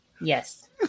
Yes